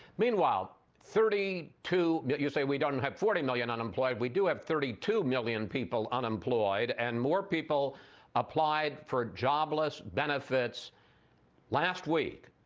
meanwhile, thirty two you say we don't have forty million unemployed, we do have thirty two million people unemployed and more people applied for jobless benefits last week.